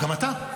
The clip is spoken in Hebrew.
גם אתה.